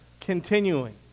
continuing